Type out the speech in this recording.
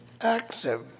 active